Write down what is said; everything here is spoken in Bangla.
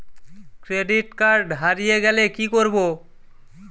ক্রেডিট কার্ড হারিয়ে গেলে কি করব?